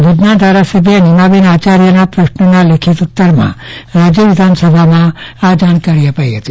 ભુજના ધારાસભ્ય નિમાબેન આચાર્યના પ્રશ્નના લેખિત ઉતરમાં રાજ્ય વિધાનસભામાં આ જાણકારી અપાઈહતી